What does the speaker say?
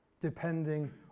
depending